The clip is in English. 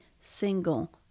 single